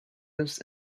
lives